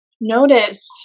notice